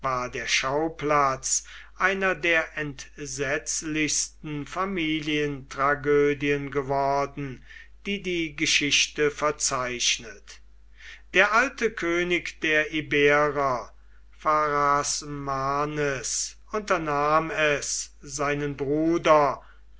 der schauplatz einer der entsetzlichsten familientragödien geworden die die geschichte verzeichnet der alte könig der iberer pharasmanes unternahm es seinen bruder